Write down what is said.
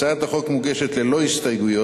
הצעת החוק מוגשת ללא הסתייגויות.